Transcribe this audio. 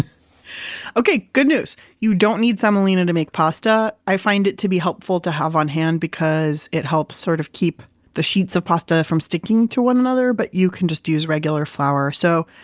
okay. good news. you don't need semolina to make pasta. i find it to be helpful to have on hand because it helps sort of keep the sheets of pasta from sticking to one another, but you can just use regular flour. so,